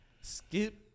Skip